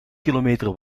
kilometer